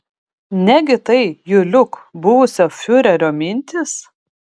negi tai juliuk buvusio fiurerio mintys